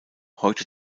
heute